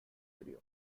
grew